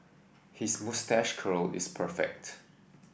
his moustache curl is perfect